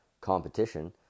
competition